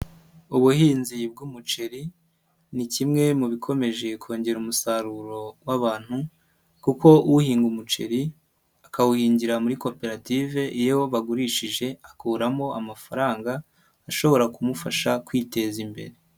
Ubuhinzi bw'umuceri ni kimwe mu bikomeje kongera umusaruro w'abantu kuko uhinga umuceri akawuhingira muri koperative iyo bagurishije akuramo amafaranga ashobora kumufasha kwiteza imbere.